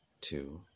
two